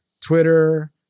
Twitter